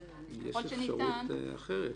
אבל ככל שניתן --- יש אפשרות אחרת,